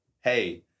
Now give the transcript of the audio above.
Hey